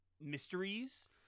mysteries